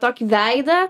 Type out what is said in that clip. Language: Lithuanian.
tokį veidą